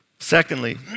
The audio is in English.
Secondly